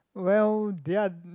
well they're